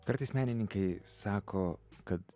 kartais menininkai sako kad